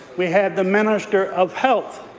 we had the minister of health